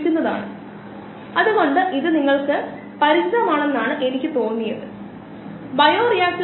ഇത് വളരെ ലളിതമായ ഒരു ആശയമാണ് പക്ഷേ ഉപയോഗപ്രദമാണ് കൂടാതെ നമുക്ക് നിരവധി യിൽഡ് കോയിഫിഷ്യന്റകൾ നിർവചിക്കാം